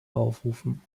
aufrufen